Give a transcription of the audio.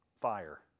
fire